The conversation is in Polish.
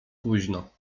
późno